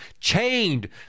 chained